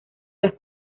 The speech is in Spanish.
las